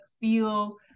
feel